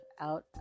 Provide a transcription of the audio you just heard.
out